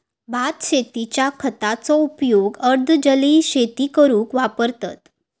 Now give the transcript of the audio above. भात शेतींच्या खताचो उपयोग अर्ध जलीय शेती करूक वापरतत